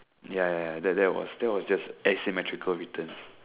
ya ya ya that that was that was just asymmetrical return